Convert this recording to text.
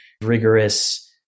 rigorous